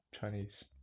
chinese